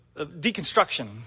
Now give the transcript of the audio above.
deconstruction